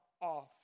off